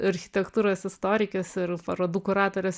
architektūros istorikės ir parodų kuratorės